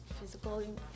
physical